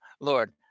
Lord